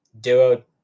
duo